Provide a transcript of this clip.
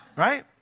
right